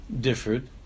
differed